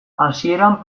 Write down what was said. hasieran